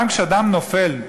גם כשאדם נופל,